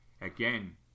Again